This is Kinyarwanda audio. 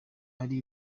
ari